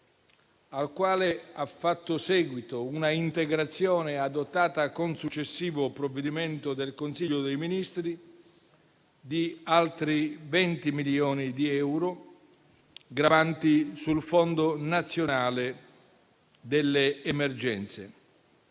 al quale ha fatto seguito un'integrazione, adottata con successivo provvedimento del Consiglio dei ministri, di altri 20 milioni di euro gravanti sul Fondo per le emergenze